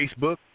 Facebook